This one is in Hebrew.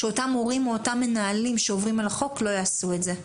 שאותם מורים או אותם מנהלים שעוברים על החוק לא יעשו את זה.